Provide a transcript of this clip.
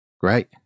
Great